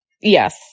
Yes